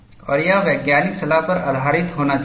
और यह वैज्ञानिक सलाह पर आधारित होना चाहिए